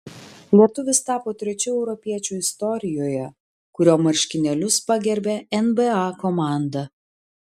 lietuvis tapo trečiu europiečiu istorijoje kurio marškinėlius pagerbė nba komanda